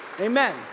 Amen